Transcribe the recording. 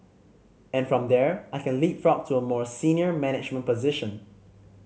and from there I can leapfrog to a more senior management position